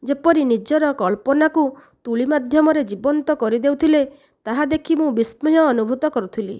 ଯେପରି ନିଜର କଳ୍ପନାକୁ ତୁଳି ମାଧ୍ୟମରେ ଜୀବନ୍ତ କରିଦେଉଥିଲେ ତାହା ଦେଖି ମୁଁ ବିସ୍ମୟ ଅନୁଭୂତ କରୁଥିଲି